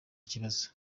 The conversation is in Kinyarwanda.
kibazo